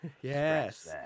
Yes